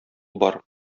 бар